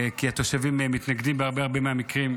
כי התושבים מתנגדים בהרבה מהמקרים.